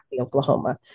Oklahoma